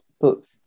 books